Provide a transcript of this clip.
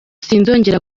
sinzongera